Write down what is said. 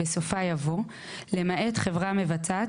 בסופה יבוא "למעט חברה מבצעת,